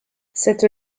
cette